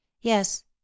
yes